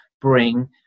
bring